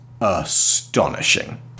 astonishing